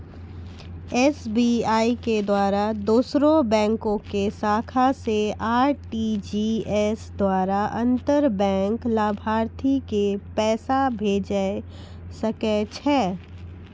SBI के द्वारा दोसरो बैंको के शाखा से आर.टी.जी.एस द्वारा अंतर बैंक लाभार्थी के पैसा भेजै सकै छै